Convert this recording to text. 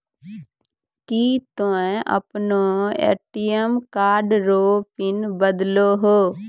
की तोय आपनो ATM card रो पिन बदलहो